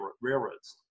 railroads